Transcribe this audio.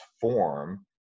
form